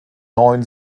neun